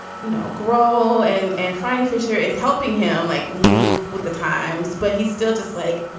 you know, grow and and find fisher is helping him like move with the times but he's still just like,